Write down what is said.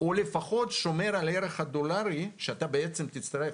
או לפחות שומר על הערך הדולרי שאתה בעצם תצטרך.